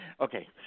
okay